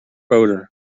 odor